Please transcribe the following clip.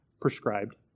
prescribed